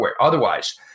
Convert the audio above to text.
otherwise